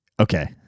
okay